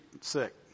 sick